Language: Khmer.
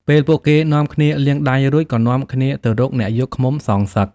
ពេលពួកគេនាំគ្នាលាងដៃរួច ក៏នាំគ្នាទៅរកអ្នកយកឃ្មុំសងសឹក។